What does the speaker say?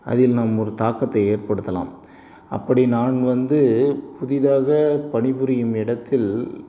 அதில் நாம் ஒரு தாக்கத்தை ஏற்படுத்தலாம் அப்படி நான் வந்து புதிதாக பணிபுரியும் இடத்தில்